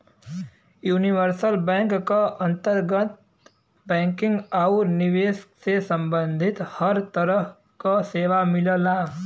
universal bank क अंतर्गत banking आउर निवेश से सम्बंधित हर तरह क सेवा मिलला